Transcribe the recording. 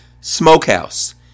Smokehouse